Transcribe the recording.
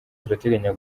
turateganya